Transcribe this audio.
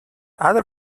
other